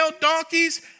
donkeys